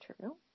true